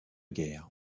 guerre